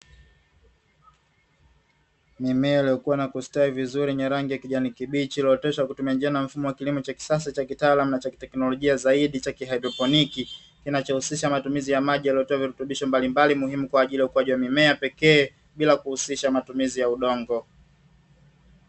Mimea iliokua na kustawi vizuri yenye rangi ya kijani kibichi, iiyooteshwa kwa kutumia njia na mfumo wa kilimo cha kisasa cha kitaalamu na cha kiteknolojia zaidi cha khydroponia, kinachohusisha matumizi ya maji yaliyotiwa virutubisho mbalimbali muhimu kwa ajili ya ukuaji wa mimea pekee bila kuhusisha matumizi ya udongo.